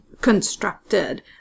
constructed